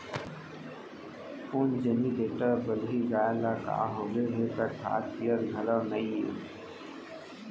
कोन जनी बेटा बलही गाय ल का होगे हे त खात पियत घलौ नइये